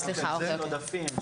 לא, זה על עודפים.